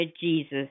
Jesus